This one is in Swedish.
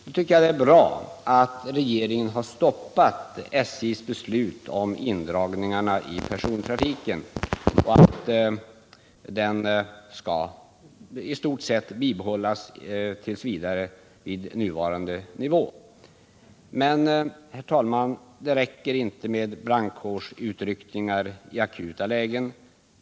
Jag tycker det är bra att regeringen har stoppat SJ:s beslut om indragningar i persontrafiken, som t. v. i stort sett skall bibehållas vid nuvarande nivå. Men, herr talman, det räcker inte med brandkårsutryckningar i akuta lägen.